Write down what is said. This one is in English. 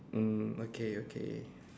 mm okay okay